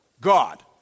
God